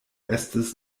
estas